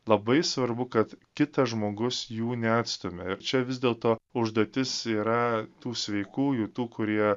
labai svarbu kad kitas žmogus jų neatstumia ir čia vis dėlto užduotis yra tų sveikųjų tų kurie